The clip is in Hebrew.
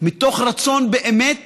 מתוך רצון באמת